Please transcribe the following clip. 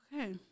Okay